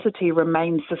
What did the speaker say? remains